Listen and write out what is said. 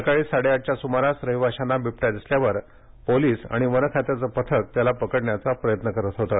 सकाळी साडेआठच्या सुमारास रहिवाशांना बिबट्या दिसल्यावर पोलीस आणि वनखात्याचं पथक त्याला पकडण्याचा प्रयत्न करत होतं